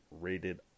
rated